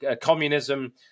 communism